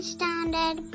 Standard